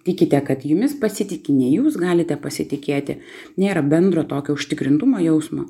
tikite kad jumis pasitiki nei jūs galite pasitikėti nėra bendro tokio užtikrintumo jausmo